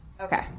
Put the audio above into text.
Okay